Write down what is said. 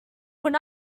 when